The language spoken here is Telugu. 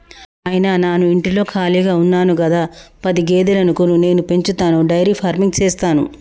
నాయిన నాను ఇంటిలో కాళిగా ఉన్న గదా పది గేదెలను కొను నేను పెంచతాను డైరీ ఫార్మింగ్ సేస్తాను